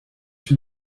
from